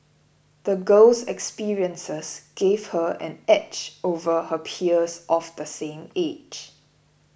the girl's experiences gave her an edge over her peers of the same age